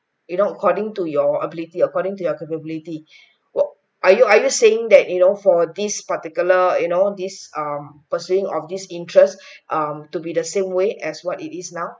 you know according to your ability according to your capability wo~ are you are you saying that you know for this particular you know this um pursuing off this interest um to be the same way as what it is now